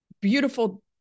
beautiful